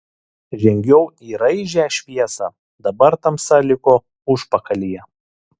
žengiau į raižią šviesą dabar tamsa liko užpakalyje